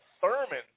Thurman